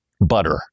butter